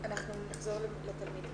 תלמיד.